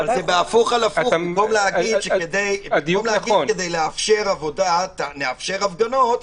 במקום לאפשר עבודה ולאפשר הפגנות,